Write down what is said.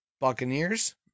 Buccaneers